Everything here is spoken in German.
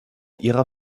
ihrer